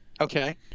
Okay